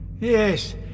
Yes